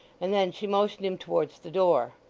and then she motioned him towards the door.